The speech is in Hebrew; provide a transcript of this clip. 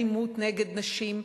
אלימות נגד נשים,